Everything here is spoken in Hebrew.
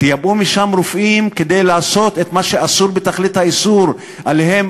תייבאו משם רופאים כדי לעשות את מה שאסור בתכלית האיסור עליהם,